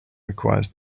requires